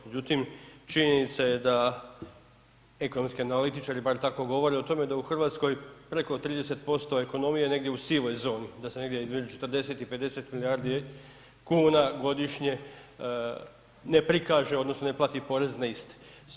Međutim, činjenica je da ekonomski analitičari, bar tako govore o tome, da u Hrvatskoj preko 30% ekonomije negdje u sivoj zoni, da se negdje između 40 i 50 milijardi kuna godišnje ne prikaže odnosno ne plati porez na isti.